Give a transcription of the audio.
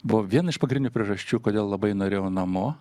buvo vien iš pagrindinių priežasčių kodėl labai norėjau namo